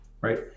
Right